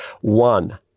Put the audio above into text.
One